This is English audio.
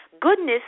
Goodness